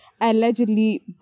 allegedly